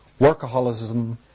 workaholism